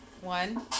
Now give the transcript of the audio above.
One